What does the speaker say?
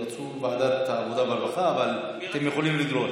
רצו ועדת העבודה והרווחה, אבל אתם יכולים לדרוש.